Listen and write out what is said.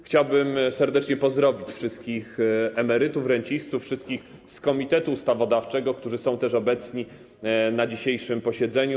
Chciałbym serdecznie pozdrowić wszystkich emerytów, rencistów, wszystkich z komitetu ustawodawczego, którzy są też obecni na dzisiejszym posiedzeniu.